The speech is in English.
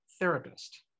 therapist